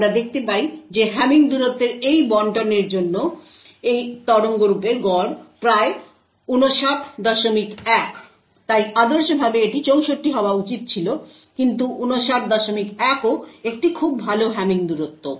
আমরা দেখতে পাই যে হ্যামিং দূরত্বের এই বন্টনের জন্য এই তরঙ্গরূপের গড় প্রায় 591 তাই আদর্শভাবে এটি 64 হওয়া উচিত ছিল কিন্তু 591ও একটি খুব ভাল হ্যামিং দূরত্ব